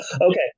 Okay